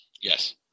Yes